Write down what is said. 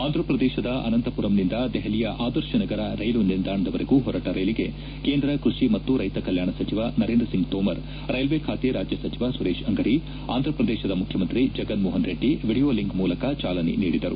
ಆಂಧ್ರಪ್ರದೇಶದ ಅನಂತಪುರಂನಿಂದ ದೆಹಲಿಯ ಆದರ್ಶನಗರ ರೈಲು ನಿಲ್ದಾಣದವರೆಗೂ ಹೊರಟ ರೈಲಿಗೆ ಕೇಂದ್ರ ಕೃಷಿ ಮತ್ತು ರೈತ ಕಲ್ಯಾಣ ಸಚಿವ ನರೇಂದ್ರ ಸಿಂಗ್ ತೋಮರ್ ರೈಲ್ವೆ ಖಾತೆ ರಾಜ್ಯ ಸಚಿವ ಸುರೇಶ್ ಅಂಗದಿ ಅಂಧ್ರಪ್ರದೇಶದ ಮುಖ್ಯಮಂತ್ರಿ ಜಗನ್ಮೋಹನ್ ರೆದ್ದಿ ವಿಡಿಯೋ ಲಿಂಕ್ ಮೂಲಕ ಚಾಲನೆ ನೀಡಿದರು